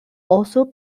also